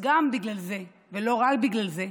גם בגלל זה, ולא רק בגלל זה,